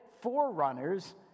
forerunners